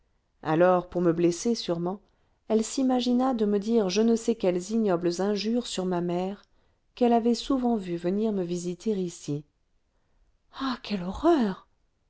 alors pour me blesser sûrement elle s'imagina de me dire je ne sais quelles ignobles injures sur ma mère qu'elle avait souvent vue venir me visiter ici ah quelle horreur